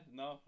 no